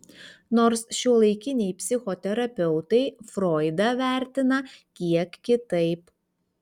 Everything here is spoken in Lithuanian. nors šiuolaikiniai psichoterapeutai froidą vertina kiek kitaip